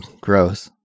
gross